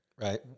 Right